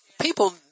people